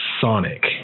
Sonic